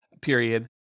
period